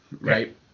right